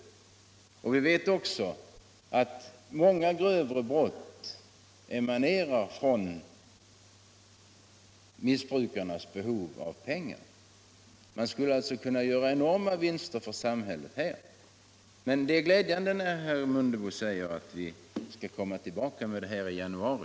hyreshöjningar Vi vet att många grövre brott beror på missbrukarnas behov av pengar. Samhället skulle alltså kunna göra enorma vinster härvidlag, men det är som sagt glädjande när herr Mundebo säger att vi kan återkomma i januari.